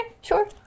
sure